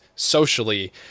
Socially